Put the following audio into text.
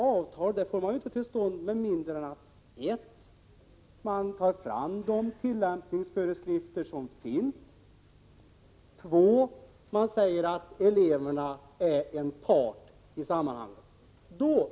Avtal får man inte till stånd med mindre än för det första att man tar fram tillämpningsföreskrifter och för det andra att man säger att eleverna är en part i sammanhanget.